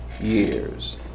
years